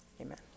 amen